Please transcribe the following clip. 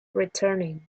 returning